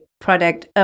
product